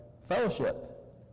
fellowship